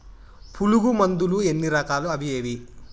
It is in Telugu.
పులుగు మందులు ఎన్ని రకాలు అవి ఏవి?